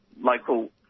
local